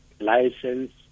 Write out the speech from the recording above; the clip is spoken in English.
license